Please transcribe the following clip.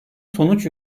sonuç